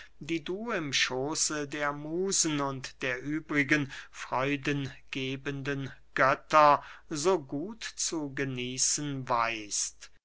die du im schooße der musen und der übrigen freudengebenden götter so gut zu genießen weißt